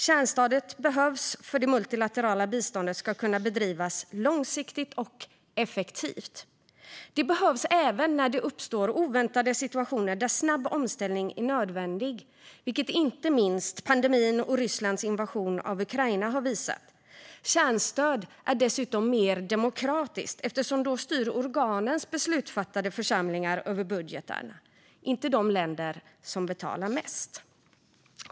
Kärnstödet behövs för att det multilaterala biståndet ska kunna bedrivas långsiktigt och effektivt. Det behövs även när det uppstår oväntade situationer där snabb omställning är nödvändig, vilket inte minst pandemin och Rysslands invasion av Ukraina har visat. Kärnstöd är dessutom mer demokratiskt eftersom organens beslutsfattande församlingar då styr över budgetarna och inte de länder som betalar mest.